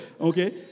Okay